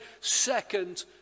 second